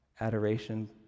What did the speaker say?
Adoration